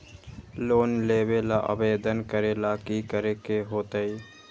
Loan लेबे ला आवेदन करे ला कि करे के होतइ?